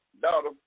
daughter